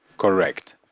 correct.